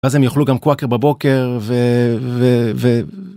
ואז הם יאכלו גם קוואקר בבוקר ו...